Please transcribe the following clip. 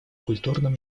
культурным